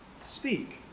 speak